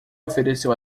ofereceu